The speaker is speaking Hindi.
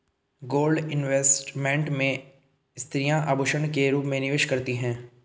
गोल्ड इन्वेस्टमेंट में स्त्रियां आभूषण के रूप में निवेश करती हैं